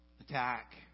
attack